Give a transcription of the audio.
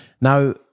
Now